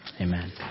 amen